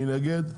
מי נגד?